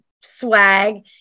swag